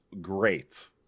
great